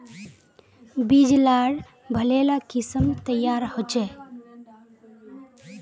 बीज लार भले ला किसम तैयार होछे